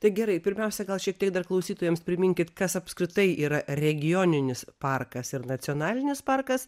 tai gerai pirmiausia gal šiek tiek dar klausytojams priminkit kas apskritai yra regioninis parkas ir nacionalinis parkas